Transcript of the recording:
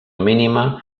mínima